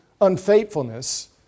unfaithfulness